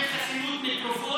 למד,